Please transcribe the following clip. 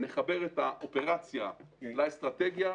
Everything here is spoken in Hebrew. נחבר את האופרציה לאסטרטגיה,